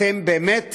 אתם באמת